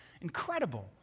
Incredible